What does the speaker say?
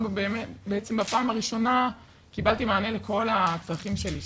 בעצם בפעם הראשונה קיבלתי מענה לכל הצרכים שלי,